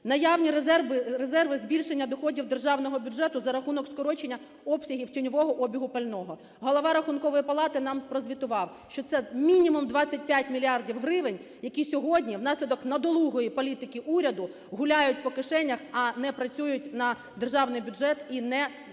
Наявні резерви збільшення доходів державного бюджету за рахунок скорочення обсягів тіньового обігу пального. Голова Рахункової палати нам прозвітував, що це мінімум 25 мільярдів гривень, які сьогодні внаслідок недолугої політики уряду гуляють по кишенях, а не працюють на державний бюджет і не є